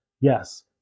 Yes